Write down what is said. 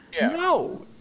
No